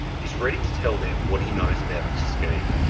he's ready to tell them what he knows about this scheme.